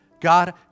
God